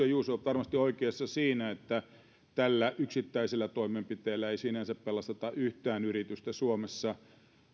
juuso ovat varmasti oikeassa siinä että tällä yksittäisellä toimenpiteellä ei sinänsä pelasteta yhtään yritystä suomessa